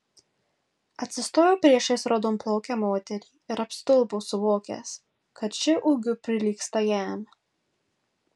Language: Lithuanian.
atsistojo priešais raudonplaukę moterį ir apstulbo suvokęs kad ši ūgiu prilygsta jam